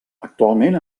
actualment